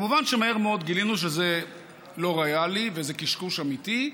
מובן שמהר מאוד גילינו שזה לא ריאלי וזה קשקוש אמיתי,